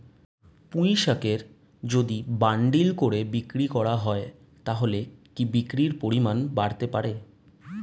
পুঁইশাকের যদি বান্ডিল করে বিক্রি করা হয় তাহলে কি বিক্রির পরিমাণ বাড়তে পারে?